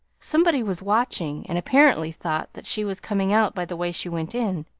somebody was watching and apparently thought that she was coming out by the way she went in,